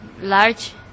large